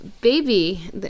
baby